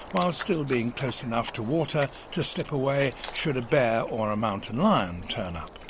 while still being close enough to water, to slip away should a bear or a mountain lion turn up.